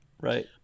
right